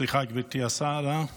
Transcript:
סליחה, גברתי השרה,